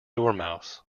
dormouse